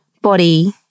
body